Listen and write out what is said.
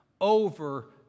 over